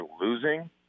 losing